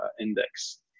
index